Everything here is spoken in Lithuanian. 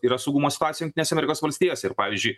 yra saugumo situacija jungtines amerikos valstijose ir pavyzdžiui